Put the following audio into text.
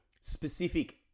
specific